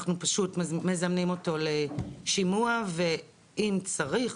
אנחנו פשוט מזמנים אותו לשימוע ואם צריך,